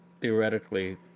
theoretically